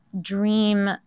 dream